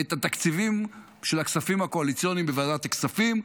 את התקציבים של הכספים הקואליציוניים בוועדת הכספים.